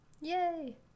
Yay